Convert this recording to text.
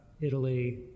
Italy